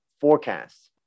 forecasts